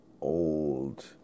old